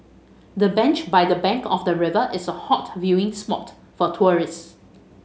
the bench by the bank of the river is a hot viewing spot for tourists